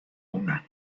una